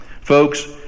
Folks